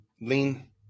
lean